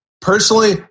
personally